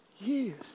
years